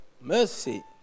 Mercy